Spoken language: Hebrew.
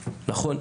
נכון,